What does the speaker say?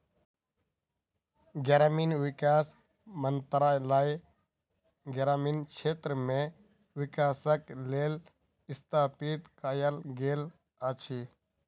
ग्रामीण विकास मंत्रालय ग्रामीण क्षेत्र मे विकासक लेल स्थापित कयल गेल अछि